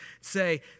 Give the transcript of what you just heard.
say